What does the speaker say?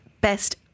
best